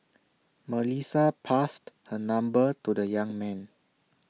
Melissa passed her number to the young man